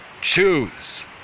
CHOOSE